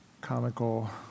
comical